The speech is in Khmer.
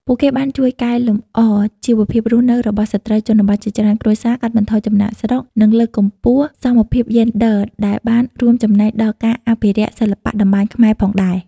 ពួកគេបានជួយកែលម្អជីវភាពរស់នៅរបស់ស្ត្រីជនបទជាច្រើនគ្រួសារ កាត់បន្ថយចំណាកស្រុក និងលើកកម្ពស់សមភាពយេនឌ័រ ដែលបានរួមចំណែកដល់ការអភិរក្សសិល្បៈតម្បាញខ្មែរផងដែរ ។